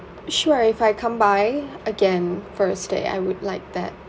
sure if I come by again for a stay I would like that